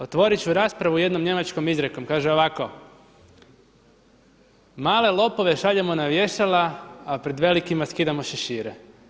Otvoriti ću raspravu jednom njemačkom izrekom, kaže ovako, male lopove šaljemo na vješala a pred velikima skidam šešire.